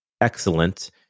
excellent